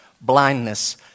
Blindness